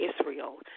Israel